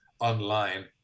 online